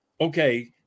Okay